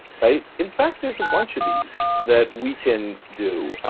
right? in fact, there's a bunch of these that we can do.